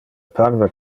parve